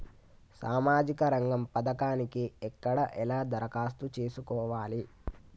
సామాజిక రంగం పథకానికి ఎక్కడ ఎలా దరఖాస్తు చేసుకోవాలి?